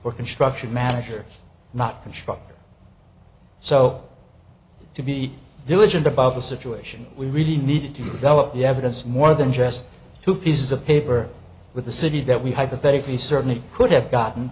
contract or construction manager not constructed so to be diligent about the situation we really need to develop the evidence more than just two pieces of paper with the city that we hypothetically certainly could have gotten